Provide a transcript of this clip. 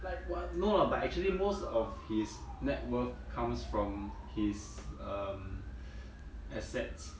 like what no lah but actually most of his net worth comes from his um assets